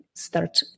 start